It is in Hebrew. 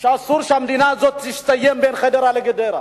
ואסור שהמדינה הזאת תסתיים בין חדרה לגדרה.